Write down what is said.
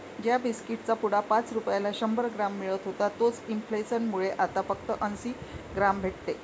ज्या बिस्कीट चा पुडा पाच रुपयाला शंभर ग्राम मिळत होता तोच इंफ्लेसन मुळे आता फक्त अंसी ग्राम भेटते